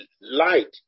light